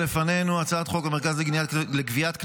הצעת חוק המרכז לגביית קנסות,